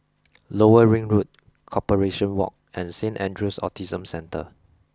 Lower Ring Road Corporation Walk and Saint Andrew's Autism Centre